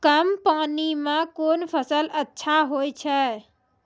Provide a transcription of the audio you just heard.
कम पानी म कोन फसल अच्छाहोय छै?